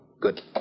Good